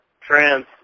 trans